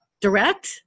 direct